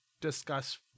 discuss